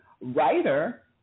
writer